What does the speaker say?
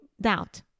Doubt